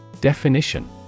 Definition